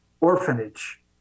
orphanage